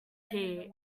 key